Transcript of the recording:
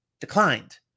declined